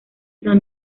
son